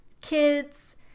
kids